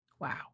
Wow